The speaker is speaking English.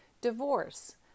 Divorce